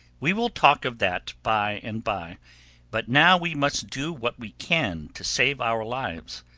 we will talk of that bye and bye but now we must do what we can to save our lives.